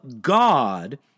God